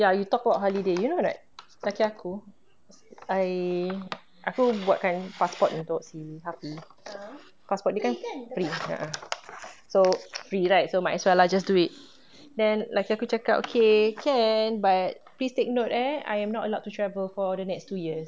ya you talk about holiday you know or not suka hati aku I aku buat kan passport untuk si hafi passport dia kan free ah ah so free right so might as well lah just do it then laki aku cakap okay can but please take note eh I'm not allow to travel for the next two years